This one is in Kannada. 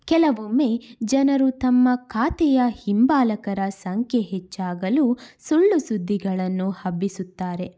ಕೆಲವೊಮ್ಮೆ ಜನರು ತಮ್ಮ ಖಾತೆಯ ಹಿಂಬಾಲಕರ ಸಂಖ್ಯೆ ಹೆಚ್ಚಾಗಲು ಸುಳ್ಳು ಸುದ್ದಿಗಳನ್ನು ಹಬ್ಬಿಸುತ್ತಾರೆ